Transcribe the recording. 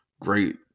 great